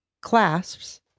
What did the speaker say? clasps